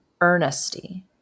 earnesty